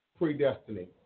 predestiny